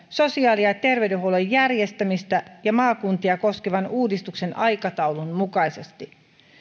sosiaali ja terveydenhuollon järjestämistä ja maakuntia koskevan uudistuksen aikataulun mukaisesti